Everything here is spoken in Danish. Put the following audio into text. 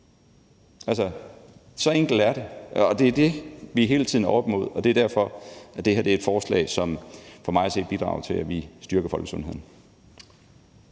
Altså, så enkelt er det, og det er det, vi hele tiden er oppe imod, og det er derfor, det her er et forslag, som for mig at se bidrager til, at vi styrker folkesundheden.